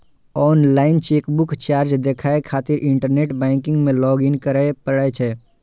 online checkbook charge देखै खातिर internet banking मे लॉग इन करै पड़ै छै